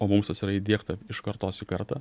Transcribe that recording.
o mums tas yra įdiegta iš kartos į kartą